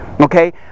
Okay